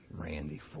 Randy